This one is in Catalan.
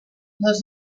les